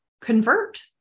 convert